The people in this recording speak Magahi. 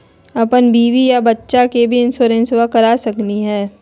अपन बीबी आ बच्चा के भी इंसोरेंसबा करा सकली हय?